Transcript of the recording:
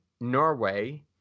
Norway